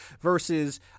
versus